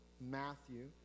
matthew